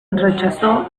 rechazó